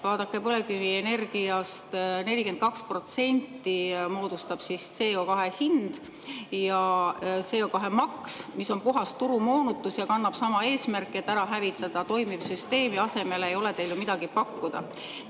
Vaadake, põlevkivienergiast 42% moodustab CO2hind ja CO2maks, mis on puhas turumoonutus ja kannab sama eesmärki, et ära hävitada toimiv süsteem. Ja asemele ei ole teil ju midagi pakkuda.